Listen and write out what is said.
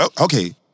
okay